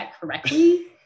correctly